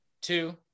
two